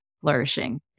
flourishing